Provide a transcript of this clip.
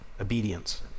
obedience